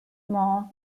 mall